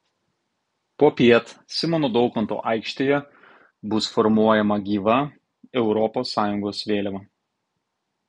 popiet simono daukanto aikštėje bus formuojama gyva europos sąjungos vėliava